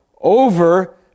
over